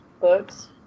books